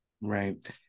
right